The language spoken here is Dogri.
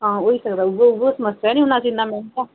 हां होई सकदा उ'यै उ'यै समस्या नि हून असें इन्ना मैंह्गा